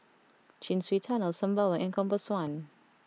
Chin Swee Tunnel Sembawang and Compass One